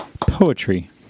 Poetry